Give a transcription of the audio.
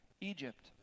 Egypt